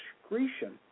excretion